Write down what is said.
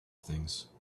things